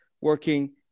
working